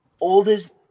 Oldest